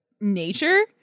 nature